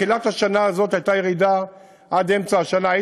בתחילת השנה הזאת הייתה ירידה עד אמצע השנה.